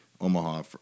Omaha